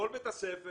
כל בית הספר,